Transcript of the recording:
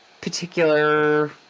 particular